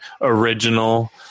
original